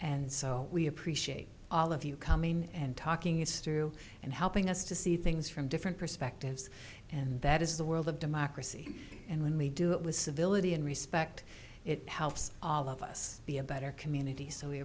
and so we appreciate all of you coming and talking it's true and helping us to see things from different perspectives and that is the world of democracy and when we do it with civility and respect it helps all of us be a better community so we